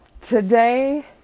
Today